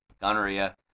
gonorrhea